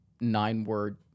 nine-word